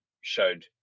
showed